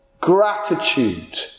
Gratitude